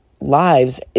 lives